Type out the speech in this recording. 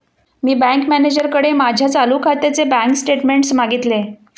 मी bank मॅनेजरकडे माझ्या चालू खात्याचे बँक स्टेटमेंट्स मागितले